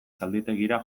zalditegira